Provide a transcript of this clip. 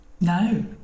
No